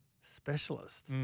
specialist